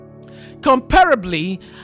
Comparably